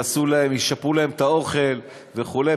ישפרו להם את האוכל וכו'.